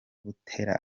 buteera